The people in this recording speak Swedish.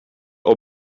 och